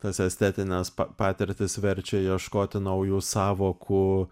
tas estetines pa patirtis verčia ieškoti naujų sąvokų